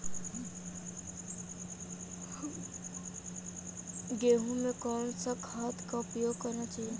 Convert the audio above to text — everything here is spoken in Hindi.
गेहूँ में कौन सा खाद का उपयोग करना चाहिए?